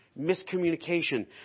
Miscommunication